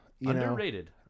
Underrated